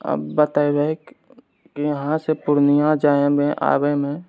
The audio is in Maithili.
आ बतएबे यहाँ से पूर्णियाँ जाएमे आबैमे